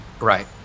right